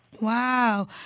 Wow